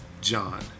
John